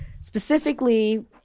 specifically